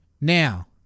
Now